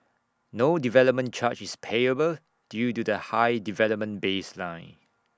no development charge is payable due to the high development baseline